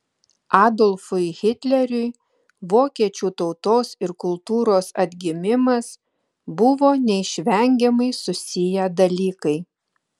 adolfui hitleriui vokiečių tautos ir kultūros atgimimas buvo neišvengiamai susiję dalykai